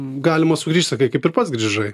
galima sugrįžt sakai kaip ir pats grįžai